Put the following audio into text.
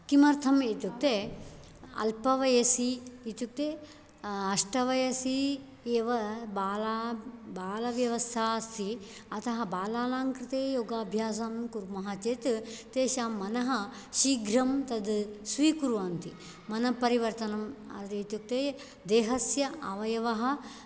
किमर्थमित्युक्ते अल्पवयसि इत्युक्ते अष्टवयसि एव बाला बालव्यवस्था अस्ति अतः बालानां कृते योगाभ्यासं कुर्मः चेत् तेषां मनः शीघ्रं तद् स्वीकुर्वन्ति मनः परिवर्तनम् इत्युक्ते देहस्य अवयवः